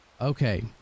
Okay